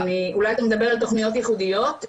אולי אתה מדבר על תוכניות ייחודיות,